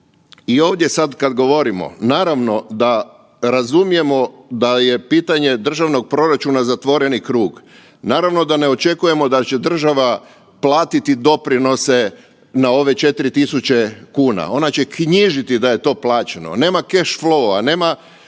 i ovdje sad kad govorimo naravno da razumijemo da je pitanje državnog proračuna zatvoreni krug, naravno da ne očekujemo da će država platiti doprinose na ove 4.000 kuna, ona će knjižiti da je to plaćeno, nema keš lova, nema